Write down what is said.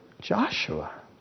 Joshua